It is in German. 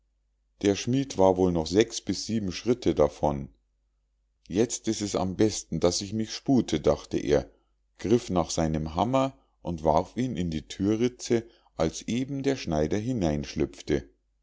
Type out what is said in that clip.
der schmied war wohl noch sechs bis sieben schritte davon jetzt ist es am besten daß ich mich spute dachte er griff nach seinem hammer und warf ihn in die thürritze als eben der schneider